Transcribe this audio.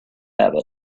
have